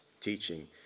teaching